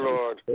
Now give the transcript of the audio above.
Lord